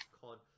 called